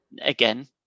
again